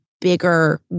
bigger